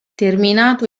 terminato